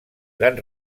gran